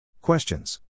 Questions